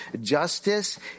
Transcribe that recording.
justice